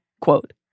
Quote